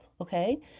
okay